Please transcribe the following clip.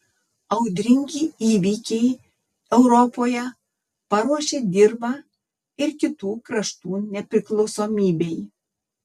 audringi įvykiai europoje paruošė dirvą ir kitų kraštų nepriklausomybei